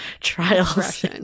trials